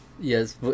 yes